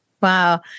Wow